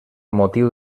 motiu